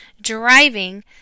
driving